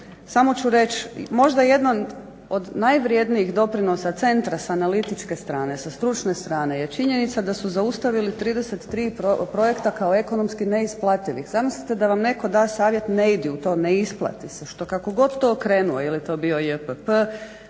samo ću reći, možda jedan od najvrjednijih doprinosa centra s analitičke strane, sa stručne strane je činjenica da su zaustavili 33 projekta kao ekonomski neisplativih. Zamislite da vam netko da savjet ne idi u to, ne isplati se, što kako god to okrenuo, je li to bio JPP,